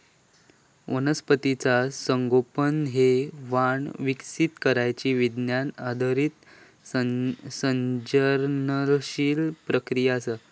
वनस्पतीचा संगोपन हे वाण विकसित करण्यची विज्ञान आधारित सर्जनशील प्रक्रिया असा